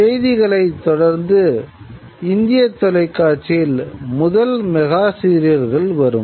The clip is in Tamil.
செய்திகளைத் தொடர்ந்து இந்திய தொலைக்காட்சியில் முதல் மெகா சீரியல்கள் வரும்